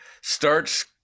starts